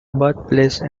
birthplace